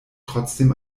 trotzdem